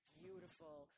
beautiful